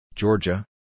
Georgia